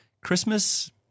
Christmas